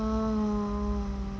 oh